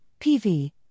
PV